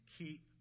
keep